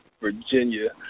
Virginia